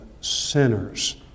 sinners